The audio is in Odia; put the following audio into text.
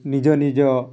ନିଜ ନିଜ